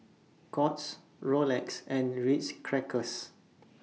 Courts Rolex and Ritz Crackers